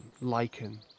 lichen